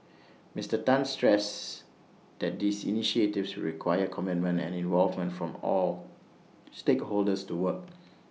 Mister Tan stressed that these initiatives would require commitment and involvement from all stakeholders to work